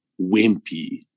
wimpy